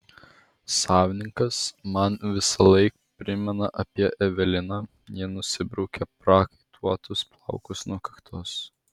savininkas man visąlaik primena apie eveliną ji nusibraukė prakaituotus plaukus nuo kaktos